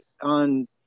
on